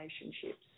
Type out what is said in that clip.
relationships